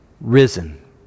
risen